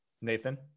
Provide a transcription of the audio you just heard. Nathan